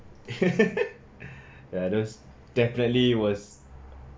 ya those definitely was